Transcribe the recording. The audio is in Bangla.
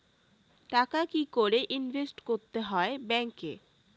টাকা কি করে ইনভেস্ট করতে হয় ব্যাংক এ?